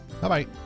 Bye-bye